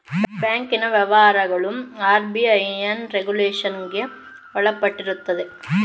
ಬ್ಯಾಂಕಿನ ವ್ಯವಹಾರಗಳು ಆರ್.ಬಿ.ಐನ ರೆಗುಲೇಷನ್ಗೆ ಒಳಪಟ್ಟಿರುತ್ತದೆ